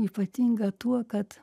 ypatinga tuo kad